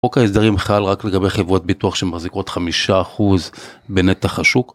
חוק ההסדרים חל רק לגבי חברות ביטוח שמחזיקות 5% בנתח השוק.